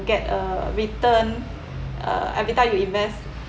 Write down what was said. get uh return uh every time you invest